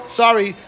sorry